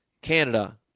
Canada